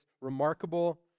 remarkable